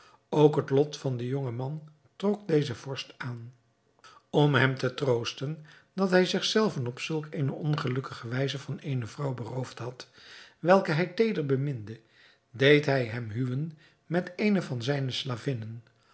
ook het lot van den jongen man trok deze vorst zich aan om hem te troosten dat hij zich zelven op zulk eene ongelukkige wijze van eene vrouw beroofd had welke hij teeder beminde deed hij hem huwen met eene van zijne